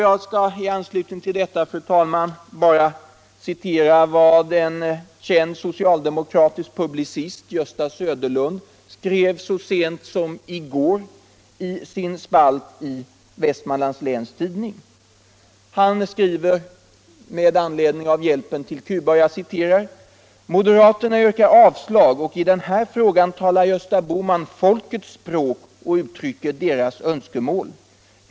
Jag skall i anslutning till detta citera vad en känd socialdemokratisk publicist, Gösta Söderlund, skrev så sent som 1 går i sin spalt i Vestmanlands Läns Tidning med anledning av hjälpen till Cuba: "Moderaterna yrkar avslag och i den här frågan talar Gösta Bohman folkets språk och uttrycker deras önskemål.